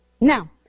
Now